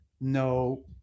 no